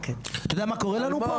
אתה יודע מה קורה לנו פה?